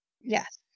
yes